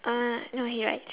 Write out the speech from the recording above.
uh no he rides